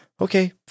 Okay